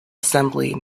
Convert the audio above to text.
assembly